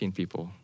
people